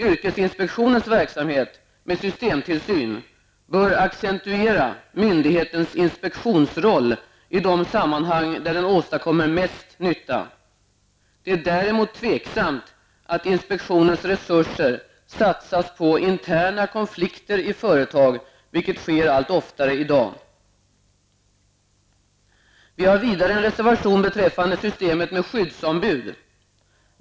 Yrkesinspektionens verksamhet med systemtillsyn bör accentuera myndighetens inspektionsroll i de sammanhang där den åstadkommer mest nytta. Det är däremot tvivelaktigt att inspektionens resurser satsas på interna konflikter i företag, vilket sker allt oftare i dag. Vi har vidare en reservation beträffande systemet med skyddsombud.